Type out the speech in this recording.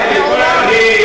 סובייקטיבית.